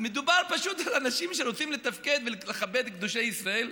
מדובר פשוט על אנשים שרוצים לתפקד ולכבד קדושי ישראל.